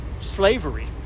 slavery